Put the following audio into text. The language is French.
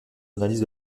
analyses